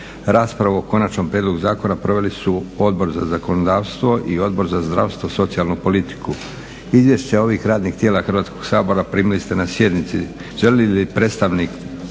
Raspravu o konačnom prijedlogu zakona proveli su Odbor za zakonodavstvo i Odbor za zdravstvo i socijalnu politiku. Izvješća ovih radnih tijela Hrvatskog sabora primili ste na sjednici. Želi li predstavnik